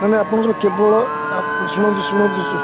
ମାନେ ଆପଣଙ୍କର କେବଳ ଶୁଣନ୍ତୁ ଶୁଣନ୍ତୁ